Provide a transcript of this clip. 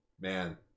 Man